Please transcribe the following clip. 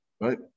right